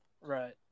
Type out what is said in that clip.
Right